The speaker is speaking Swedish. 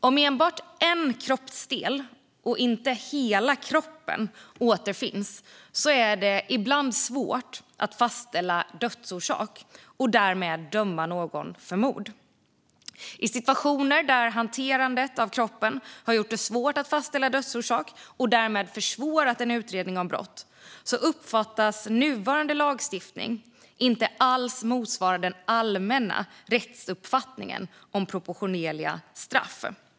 Om enbart en kroppsdel och inte hela kroppen återfinns är det ibland svårt att fastställa dödsorsak och därmed döma någon för mord. I situationer där hanterandet av kroppen har gjort det svårt att fastställa dödsorsak och därmed försvårat en utredning om brott uppfattas nuvarande lagstiftning inte alls motsvara den allmänna rättsuppfattningen om proportionerliga straff.